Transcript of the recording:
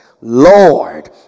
Lord